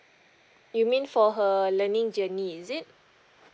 you mean for her learning journey is it